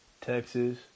Texas